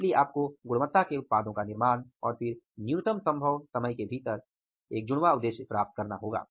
इसलिए आपको गुणवत्ता के उत्पादों का निर्माण और फिर न्यूनतम संभव समय के भीतर एक जुड़वां उद्देश्य प्राप्त करना होगा